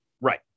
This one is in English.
Right